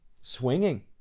swinging